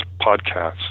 podcasts